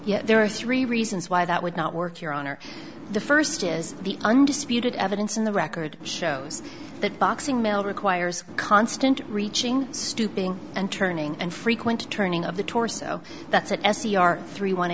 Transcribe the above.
yet there are three reasons why that would not work your honor the first is the undisputed evidence in the record shows that boxing male requires constant reaching stooping and turning and frequent turning of the torso that's what s e r three one